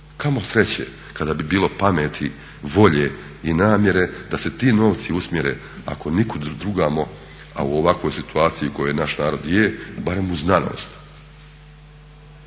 Kamo sreće kada bi bilo pameti, volje i namjere da se ti novci usmjere ako nikud drugamo a u ovakvoj situaciji u kojoj naš narod je barem u znanost,